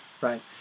right